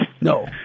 No